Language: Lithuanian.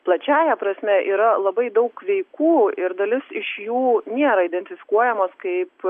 plačiąja prasme yra labai daug veikų ir dalis iš jų nėra identifikuojamos kaip